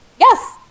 Yes